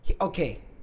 okay